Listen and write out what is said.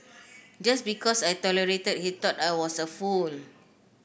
just because I tolerated he thought I was a fool